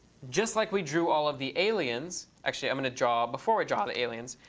just like we drew all of the aliens actually, i'm going to draw, before i draw the aliens,